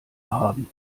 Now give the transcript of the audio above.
haben